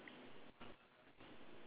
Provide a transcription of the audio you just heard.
uh one